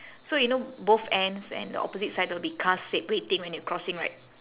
so you know both ends and the opposite side there'll be cars wait~ waiting when you crossing right